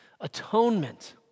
Atonement